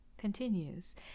continues